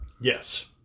Yes